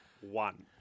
one